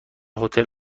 هتل